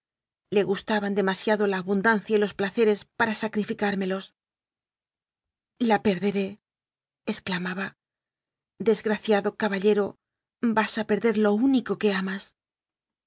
le gustaban demasiado la abundancia y los placeres para sacrificármelos la perderé exclamaba desgraciado caba llero vas a perder lo único que amas